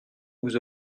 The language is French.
vous